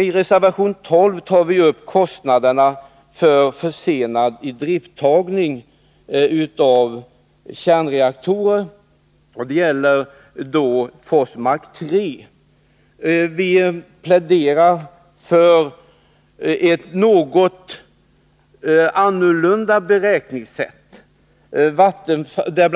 I reservation 12 tar vi upp kostnaderna för försenad idrifttagning av kärnreaktorer. Det gäller då Forsmark 3. Vi pläderar för ett något annorlunda beräkningssätt. Vi säger